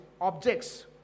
objects